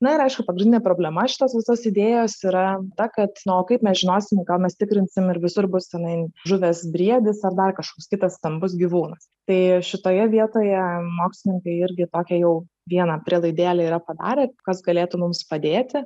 na ir aišku pagrindinė problema šitos visos idėjos yra ta kad na o kaip mes žinosim ką mes tikrinsim ir visur bus tenai žuvęs briedis ar dar kažkoks kitas stambus gyvūnas tai šitoje vietoje mokslininkai irgi tokią jau vieną prielaidėlę yra padarę kas galėtų mums padėti